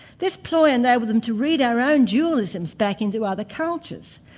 this ploy enabled them to read our own dualisms back into other cultures,